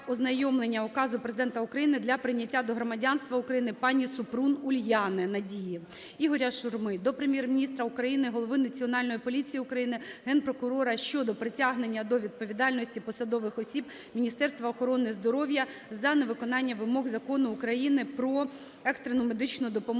ознайомлення Указу Президента України для прийняття до громадянства України пані Супрун Уляни Надії. Ігоря Шурми до Прем'єр-міністра України, голови Національної поліції України, Гепрокурора щодо притягнення до відповідальності посадових осіб Міністерства охорони здоров’я за невиконання вимог Закону України "Про екстрену медичну допомогу",